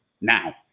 now